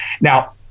Now